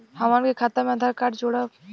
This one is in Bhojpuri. हमन के खाता मे आधार कार्ड जोड़ब?